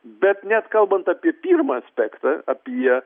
bet net kalbant apie pirmą aspektą apie